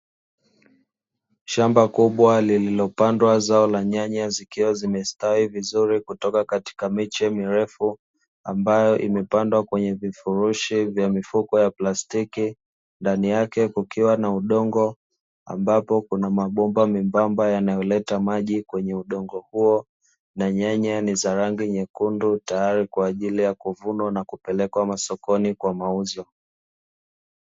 Shamba kubwa lililopandwa zao la nyanya zikiwa zimestawi vizuri kutoka katika miche mirefu ambayo imepandwa kwenye vifurushi vya mifuko ya plastiki, ndani yake kukiwa na udongo ambapo kuna mabomba membamba yanayoleta maji kwenye udongo huo na nyanya za rangi nyekundu, tayari kwa ajili ya kuvunwa na kupelekwa masokoni kwa mauzo.